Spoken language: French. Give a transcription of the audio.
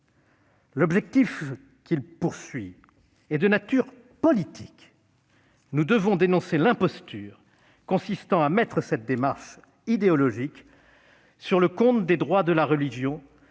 l'objectif est de nature politique. Nous devons dénoncer l'imposture consistant à mettre cette démarche idéologique sur le compte des droits de la religion